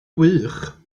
wych